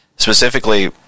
Specifically